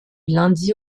lundi